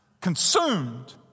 consumed